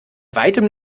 weitem